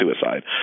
suicide